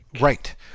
Right